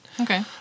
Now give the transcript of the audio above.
Okay